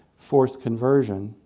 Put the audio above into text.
forced conversion,